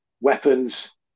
weapons